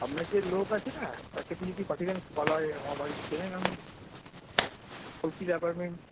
আপনার যে লোক আছে না তাকে দিয়ে যদি পাঠিয়ে দেন খুব ভালো হয় আমার বাড়ি তো চেনেন আপনি তাই অ্যাপার্টমেন্ট